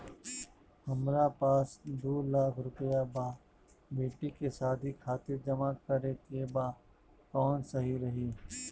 हमरा पास दू लाख रुपया बा बेटी के शादी खातिर जमा करे के बा कवन सही रही?